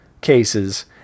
cases